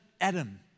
Adam